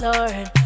Lord